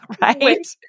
Right